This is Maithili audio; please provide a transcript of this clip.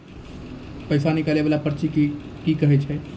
पैसा निकाले वाला पर्ची के की कहै छै?